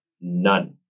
None